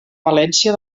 valència